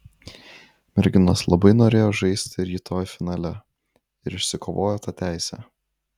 merginos labai norėjo žaisti rytoj finale ir išsikovojo tą teisę